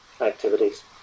activities